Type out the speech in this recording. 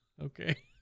Okay